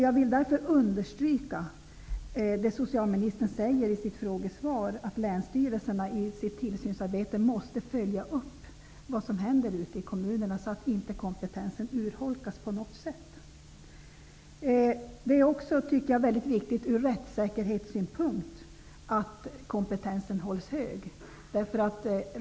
Jag vill därför understryka att, som socialministern säger i sitt frågesvar, länsstyrelserna i sitt tillsynsarbete måste följa upp vad som händer ute i kommunerna, så att kompetensen inte på något sätt urholkas. Jag tycker också att det ur rättssäkerhetssynpunkt är mycket viktigt att kompetensen hålls hög.